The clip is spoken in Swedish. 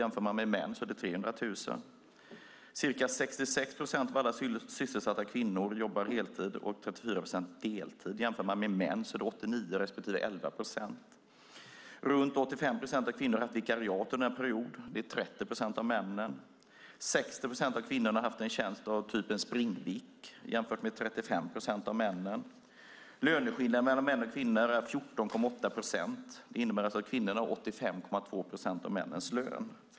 Bland männen är det 300 000 som gör det. Ca 66 procent av alla sysselsatta kvinnor jobbar heltid och 34 procent deltid. Bland männen är det 89 procent som jobbar heltid och 11 procent som jobbar deltid. Omkring 85 procent av kvinnorna har haft vikariat under en period. Bland männen är det 30 procent. 60 procent av kvinnorna har haft en tjänst av typen springvikariat jämfört med 35 procent av männen. Löneskillnaderna mellan män och kvinnor är 14,8 procent. Det innebär alltså att kvinnorna har 85,2 procent av männens lön.